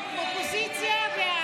הסתייגות 1930 לא נתקבלה.